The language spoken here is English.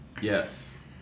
Yes